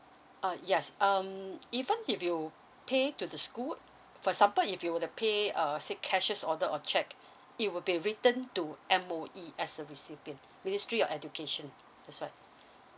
uh yes um even if you pay to the school for example if you were to pay err says cashier's order or cheque it will be written to M_O_E as a recipient ministry of education that's right